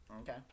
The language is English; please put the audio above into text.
Okay